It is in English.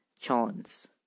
chance